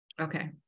okay